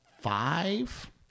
five